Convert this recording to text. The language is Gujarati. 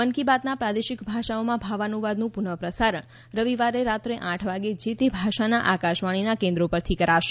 મન કી બાતના પ્રાદેશિક ભાષાઓમાં ભાવાનુવાદનું પુનઃ પ્રસારણ રવિવારે રાત્રે આઠ વાગે જે તે ભાષાના આકાશવાણીના કેન્દ્રો પરથી કરાશે